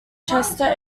chester